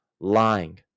lying